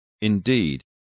Indeed